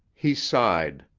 he sighed.